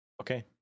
Okay